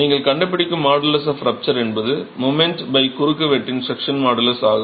நீங்கள் கண்டுப்பிடிக்கும் modulus of rupture என்பது மொமென்ட் குறுக்கு வெட்டின் செக்ஷன் மாடுலஸ் ஆகும்